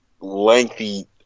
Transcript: lengthy